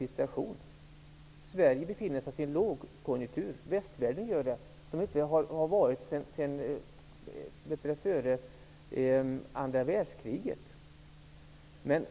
Sverige och västvärlden befinner sig i en lågkonjunktur som vi inte haft sedan före andra världskriget.